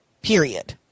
Period